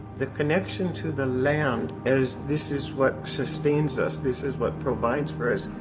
the connection to the land is this is what sustains us. this is what provides for us.